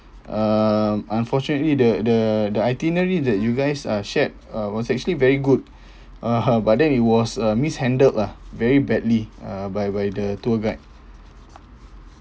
uh unfortunately the the the itinerary that you guys uh shared uh was actually very good uh but then it was uh mishandled lah very badly uh by by the tour guide